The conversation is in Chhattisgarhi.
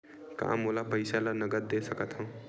का मोला पईसा ला नगद दे सकत हव?